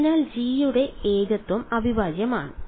അതിനാൽ g യുടെ ഏകത്വം അവിഭാജ്യമാണ്